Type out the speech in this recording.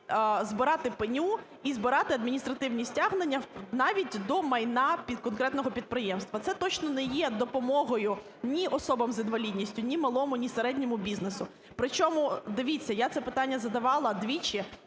збирати пеню і збирати адміністративні стягнення навіть до майна під конкретного підприємства. Це точно не є допомогою ні особам з інвалідністю, ні малому, ні середньому бізнесу. Причому, дивіться, я це питання задавала двічі.